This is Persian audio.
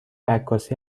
عکاسی